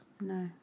No